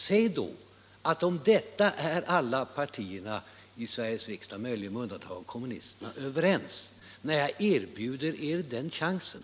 Säg ut att om detta är alla partier i Sveriges riksdag - möjligen med undantag av kommunisterna — överens, när jag erbjuder er den chansen!